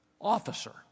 officer